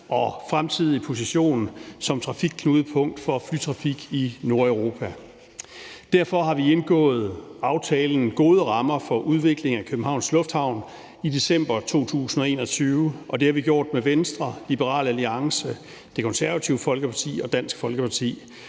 og fremtidige position som trafikknudepunkt for flytrafik i Nordeuropa. Derfor har vi indgået aftalen »Gode rammer for udvikling af Københavns Lufthavn« i december 2021. Det har vi gjort med Venstre, Liberal Alliance, Det Konservative Folkeparti og Dansk Folkeparti.